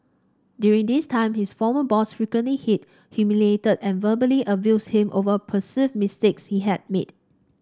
during this time his former boss frequently hit humiliated and verbally abused him over perceived mistakes he had made